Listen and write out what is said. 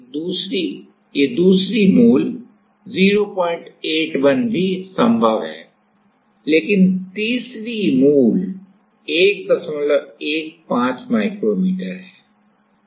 यह भी एक दूसरी मूल भी संभव है लेकिन तीसरी मूल 115 माइक्रोमीटर है